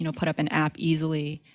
you know put up an app easily.